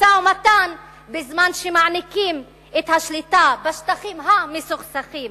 משא-ומתן בזמן שמעניקים את השליטה בשטחים המסוכסכים